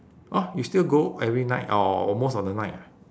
oh you still go every night or or most of the night ah